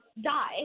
die